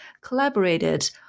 collaborated